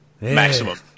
maximum